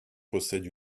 possède